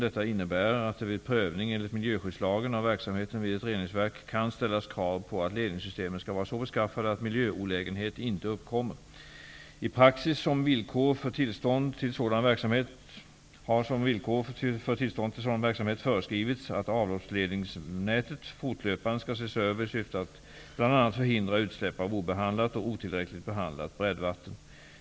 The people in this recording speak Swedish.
Detta innebär att det vid prövning enligt miljöskyddslagen av verksamheten vid ett reningsverk kan ställas krav på att ledningssystemen skall vara så beskaffade att miljöolägenhet inte uppkommer. I praxis har som villkor för tillstånd till sådan verksamhet föreskrivits att avloppsledningsnätet fortlöpande skall ses över i syfte att bl.a. förhindra utsläpp av obehandlat och otillräckligt behandlat bräddvatten.